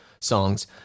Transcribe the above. songs